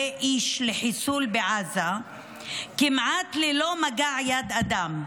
איש' לחיסול בעזה כמעט ללא מגע יד אדם,